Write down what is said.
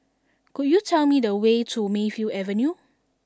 could you tell me the way to Mayfield Avenue